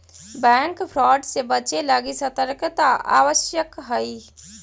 bank fraud से बचे लगी सतर्कता अत्यावश्यक हइ